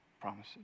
promises